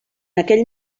aquell